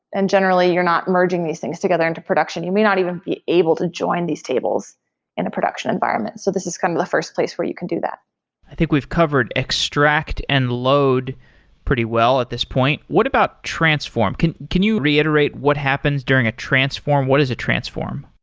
and generally, you're not merging these things together into production. you may not even be able to join these tables in a production environment. so this is kind of the first place where you can do that i think we've covered extract and load pretty well at this point. what about transform? can can you reiterate what happens during a transform? what is a transform?